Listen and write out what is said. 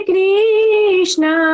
Krishna